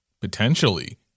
potentially—